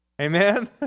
Amen